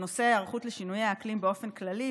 בנושא היערכות לשינויי האקלים באופן כללי.